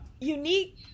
unique